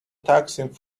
taxing